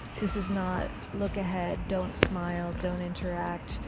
this is not look ahead, don't smile, don't interact,